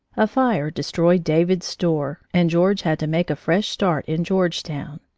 a fire destroyed david's store, and george had to make a fresh start in georgetown.